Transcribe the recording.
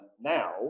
now